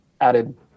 added